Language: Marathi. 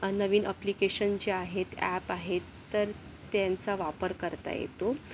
नवीन ॲप्लिकेशन जे आहेत ॲप आहेत तर त्यांचा वापर करता येतो